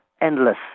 endless